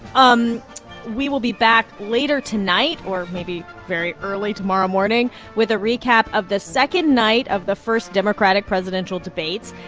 um we will be back later tonight or maybe very early tomorrow morning with a recap of the second night of the first democratic presidential debates.